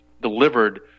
delivered